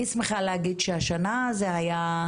אני שמחה להגיד שהשנה הייתה,